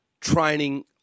training